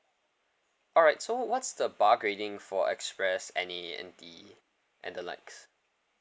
alright so what's the bar grading for express and the N_T and the likes